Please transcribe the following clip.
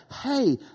hey